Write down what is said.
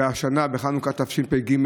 שהשנה, בחנוכה תשפ"ג,